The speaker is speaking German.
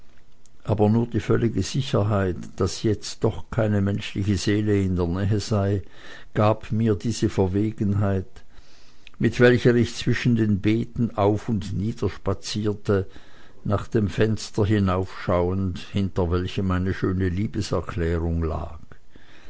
aber nur die völlige sicherheit daß jetzt doch keine menschliche seele in der nähe sei gab mir diese verwegenheit mit welcher ich zwischen den beeten auf und nieder spazierte nach dem fenster hinaufschauend hinter welchem meine schöne liebeserklärung lag